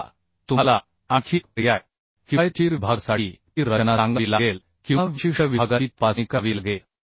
आता तुम्हाला आणखी एक पर्याय किफायतशीर विभागासाठी ती रचना सांगावी लागेल किंवा विशिष्ट विभागाची तपासणी करावी लागेल